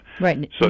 Right